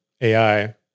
AI